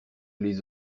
les